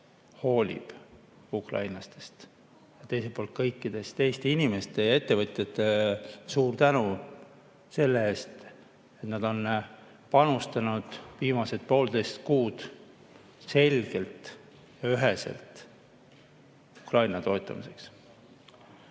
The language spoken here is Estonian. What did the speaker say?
hoolib ukrainlastest. Ja teiselt poolt kõigile Eesti inimestele ja ettevõtjatele suur tänu selle eest, et nad on panustanud viimased poolteist kuud selgelt ja üheselt Ukraina toetamisse.